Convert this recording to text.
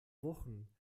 wochen